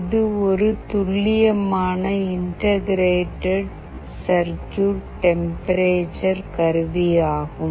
இது ஒரு துல்லியமான இன்டகிரேடட் சர்க்யூட் டெம்பரேச்சர் கருவி ஆகும்